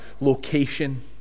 location